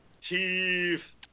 chief